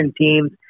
teams